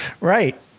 Right